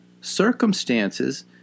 circumstances